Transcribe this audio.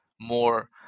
more